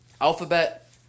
Alphabet